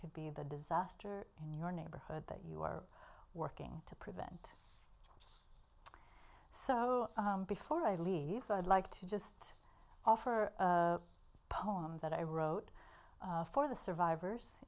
could be the disaster in your neighborhood that you are working to prevent so before i leave i'd like to just offer a poem that i wrote for the survivors